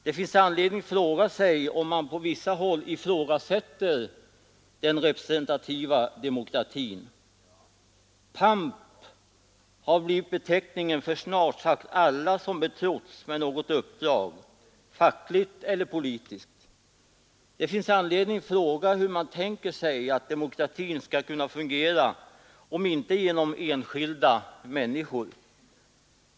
Det finns anledning fråga sig om man på vissa håll ifrågasätter den representativa demokratin. ”Pamp” har blivit beteckningen på snart sagt alla som betrotts med något uppdrag, fackligt eller politiskt. Det finns anledning fråga hur man tänker sig att demokratin skall kunna fungera om inte genom enskilda människor.